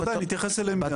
בוודאי נתייחס אליהם.